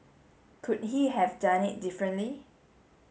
could he have done it differently